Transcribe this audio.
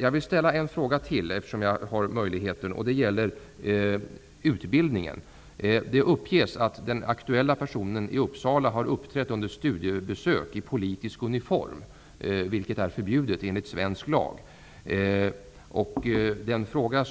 Jag vill ställa en fråga till, eftersom den möjligheten finns. Det gäller utbildningen. Det uppges nämligen att den aktuella personen i Uppsala under studiebesök har uppträtt i politisk uniform, något som är förbjudet enligt svensk lag. Jag vill alltså fråga: